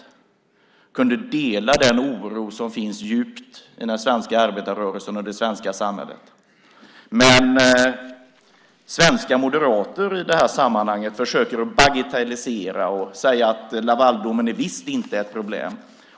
De kunde dela den oro som finns djupt i den svenska arbetarrörelsen och det svenska samhället. Men svenska moderater försöker i det här sammanhanget bagatellisera. De försöker säga att Lavaldomen visst inte är något problem.